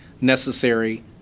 necessary